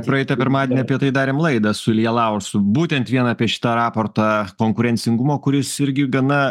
praeitą pirmadienį apie tai darėm laidą su ilja laursu būtent vien apie šitą raportą konkurencingumo kuris irgi gana